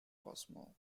cosmo